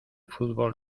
fútbol